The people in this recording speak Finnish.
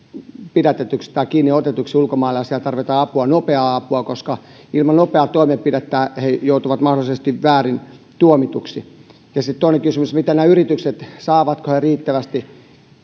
pidätetyksi tai kiinniotetuksi ulkomailla ja siellä tarvitaan apua nopeaa apua koska ilman nopeaa toimenpidettä he joutuvat mahdollisesti väärin tuomituiksi ja sitten toinen kysymys saavatko yritykset riittävästi